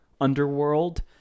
underworld